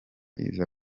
iza